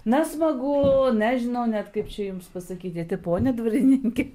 na smagu nežinau net kaip čia jums pasakyti tai pone dvarininke